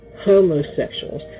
homosexuals